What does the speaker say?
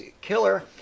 killer